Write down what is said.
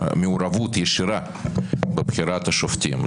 מעורבות ישירה בבחירת השופטים.